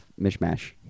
mishmash